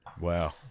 wow